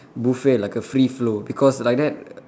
buffet like a free flow because like that